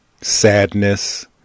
sadness